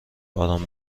آرام